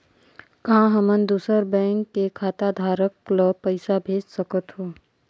का हमन दूसर बैंक के खाताधरक ल पइसा भेज सकथ हों?